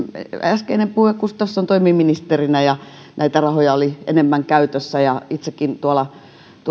äskeinen puhuja gustafsson toimi ministerinä ja näitä rahoja oli enemmän käytössä ja itsekin